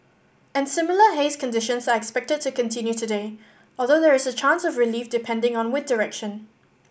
and similar haze conditions are expected to continue today although there is a chance of relief depending on wind direction